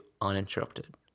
uninterrupted